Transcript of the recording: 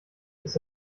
ist